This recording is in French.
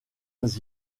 les